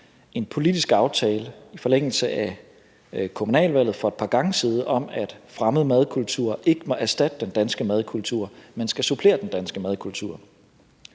en politisk aftale i forlængelse af kommunalvalget for et par gange siden om, at fremmed madkultur ikke må erstatte den danske madkultur, men skal supplere den danske madkultur.